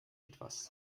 etwas